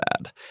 bad